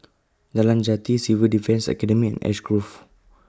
Nalan Jati Civil Defence Academy Ash Grove